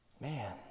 man